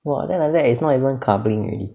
!wah! then like that it's not even coupling already